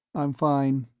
i'm fine,